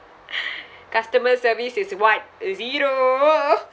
customer service is what zero